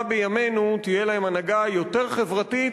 בימינו תהיה להם הנהגה יותר חברתית,